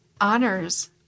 honors